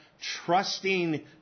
trusting